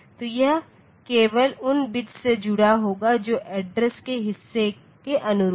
तो यह केवल उन बिट्स से जुड़ा होगा जो एड्रेस के हिस्से के अनुरूप हैं